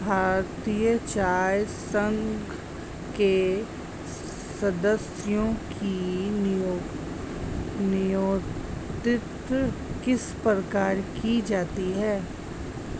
भारतीय चाय संघ के सदस्यों की नियुक्ति किस प्रकार की जाती है?